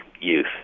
youth